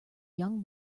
young